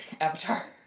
avatar